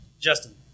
Justin